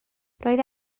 roedd